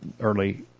early